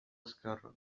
esquerre